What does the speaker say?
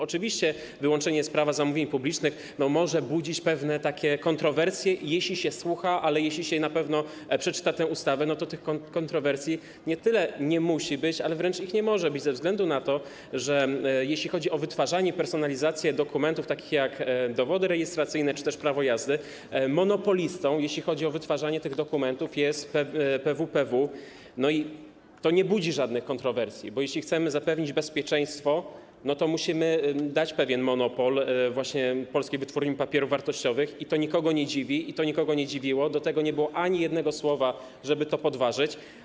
Oczywiście wyłączenie z Prawa zamówień publicznych może budzić pewne kontrowersje, jeśli się słucha, ale jeśli się na pewno przeczyta tę ustawę, to tych kontrowersji nie tyle nie musi być, co wręcz ich nie może być ze względu na to, że jeśli chodzi o wytwarzanie i personalizację dokumentów takich jak dowody rejestracyjne czy też prawo jazdy, monopolistą, jeśli chodzi o wytwarzanie tych dokumentów, jest PWPW, i to nie budzi żadnych kontrowersji, bo jeśli chcemy zapewnić bezpieczeństwo, to musimy dać pewien monopol właśnie Polskiej Wytwórni Papierów Wartościowych, i to nikogo nie dziwi, i to nikogo nie dziwiło, co do tego nie było ani jednego słowa, żeby to podważyć.